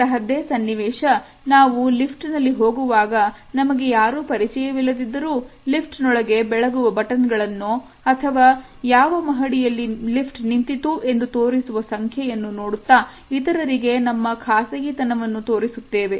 ಇಂತಹದ್ದೇ ಸನ್ನಿವೇಶ ನಾವು ಲಿಫ್ಟಿನಲ್ಲಿ ಹೋಗುವಾಗ ನಮಗೆ ಯಾರು ಪರಿಚಯವಿಲ್ಲದಿದ್ದರೂ ಲಿಫ್ಟ್ ನೊಳಗೆ ಬೆಳಗುವ ಬಟನ್ಗಳನ್ನು ಅಥವಾ ಯಾವ ಮಹಡಿಯಲ್ಲಿ ನಿಂತಿತು ಎಂದು ತೋರಿಸುವ ಸಂಖ್ಯೆಯನ್ನು ನೋಡುತ್ತಾ ಇತರರಿಗೆ ನಮ್ಮ ಖಾಸಗಿತನವನ್ನು ತೋರಿಸುತ್ತೇವೆ